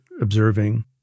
observing